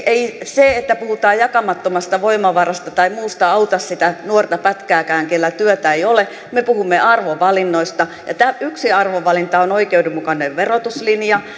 ei se että puhutaan jakamattomasta voimavarasta tai muusta auta sitä nuorta pätkääkään kellä työtä ei ole me puhumme arvovalinnoista ja yksi arvovalinta on oikeudenmukainen verotuslinja